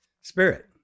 spirit